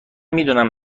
میدونم